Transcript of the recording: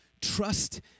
Trust